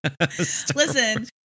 Listen